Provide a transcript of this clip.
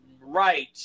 right